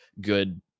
good